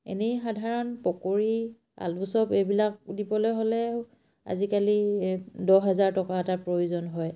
এনেই সাধাৰণ পকৰী আলু চব এইবিলাক দিবলৈ হ'লে আজিকালি দহ হাজাৰ টকা এটা প্ৰয়োজন হয়